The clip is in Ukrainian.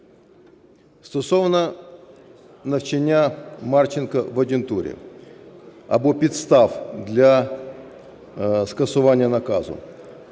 Стосовно навчання Марченка в ад'юнктурі або підстав для скасування наказу.